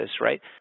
right